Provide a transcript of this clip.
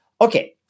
Okay